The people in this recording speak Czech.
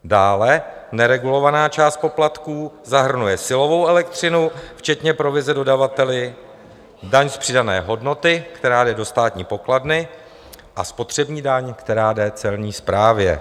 Dále neregulovaná část poplatků zahrnuje silovou elektřinu včetně provize dodavateli, daň z přidané hodnoty, která jde do státní pokladny, a spotřební daň, která jde celní správě.